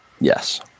Yes